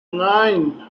nine